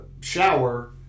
shower